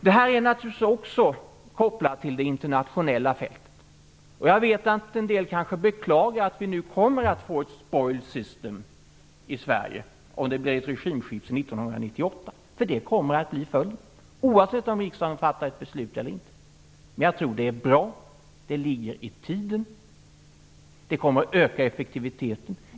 Detta är naturligtvis också kopplat till det internationella fältet. Jag vet att en del kanske beklagar att vi nu kommer att få ett spoilsystem i Sverige, om det blir ett regimskifte 1998, för det kommer att bli följden, oavsett om riksdagen fattar ett beslut eller inte. Men jag tror att det är bra. Det ligger i tiden. Det kommer att öka effektiviteten.